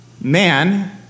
man